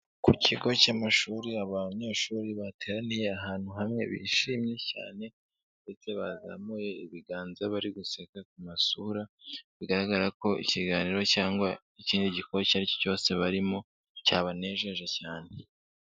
Ku kigo cy'amashuri, abanyeshuri bateraniye ahantu hamwe, bishimye cyane ndetse bazamuye ibiganza, bari guseka ku masura bigaragara ko ikiganiro cyangwa ikindi gikorwa icyo ari cyo cyose barimo, cyabanejeje cyane.